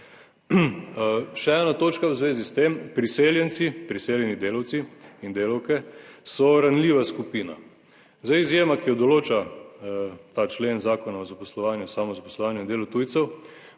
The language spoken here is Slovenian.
Še ena točka v zvezi s tem, priseljenci, priseljeni delavci in delavke so ranljiva skupina. Zdaj izjema, ki jo določa ta člen Zakona o zaposlovanju, samozaposlovanju in delu tujcev,